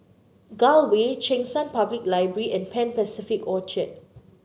Gul Way Cheng San Public Library and Pan Pacific Orchard